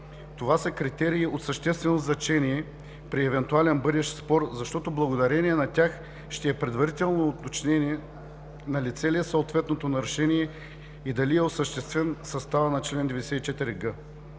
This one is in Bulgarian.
Това са критерии от съществено значение при евентуален бъдещ спор, защото благодарение на тях ще е предварително уточнено налице ли е съответното нарушение и дали е осъществен съставът на чл. 94г.